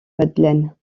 madeleine